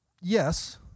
Yes